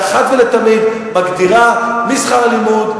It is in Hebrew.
שאחת ולתמיד מגדירה את שכר הלימוד,